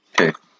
Okay